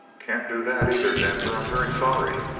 can't do that either, denver. i'm very sorry.